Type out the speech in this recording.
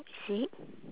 is it